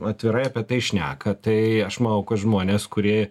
atvirai apie tai šneka tai aš manau kad žmonės kuri